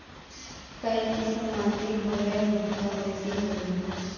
काई किसम माटी होले भुट्टा बेसी होबे?